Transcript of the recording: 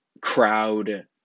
crowd